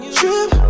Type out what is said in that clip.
trip